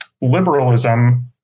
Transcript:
liberalism